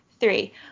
three